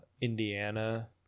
Indiana